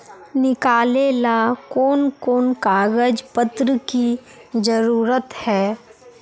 निकाले ला कोन कोन कागज पत्र की जरूरत है?